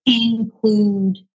include